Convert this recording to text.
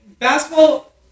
Basketball